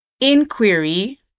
inquiry